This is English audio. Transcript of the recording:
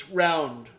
round